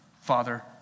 Father